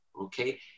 Okay